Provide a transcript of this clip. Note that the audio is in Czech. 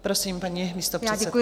Prosím, paní místopředsedkyně.